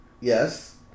yes